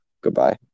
Goodbye